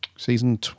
Season